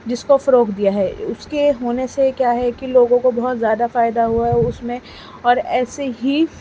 جس کو فروغ دیا ہے اس کے ہونے سے کیا ہے کہ لوگوں کو بہت زیادہ فائدہ ہوا ہے اس میں اور ایسے ہی